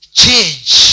change